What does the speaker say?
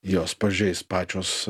jos pažeis pačios